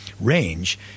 range